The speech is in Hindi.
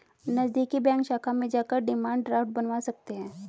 नज़दीकी बैंक शाखा में जाकर डिमांड ड्राफ्ट बनवा सकते है